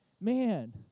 man